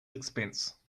expense